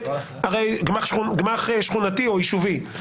גמ"ח שכונתי או יישובי,